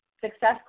Success